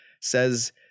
says